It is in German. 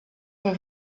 für